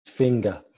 finger